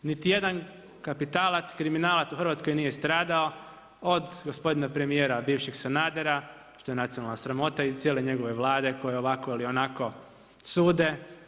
Niti jedan kapitalac, kriminalac u Hrvatskoj nije stradao, do gospodina premjera bivšeg Sanadera, što je nacionalna sramota i cijele njegove Vlade koji ovako ili onako sude.